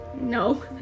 no